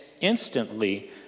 instantly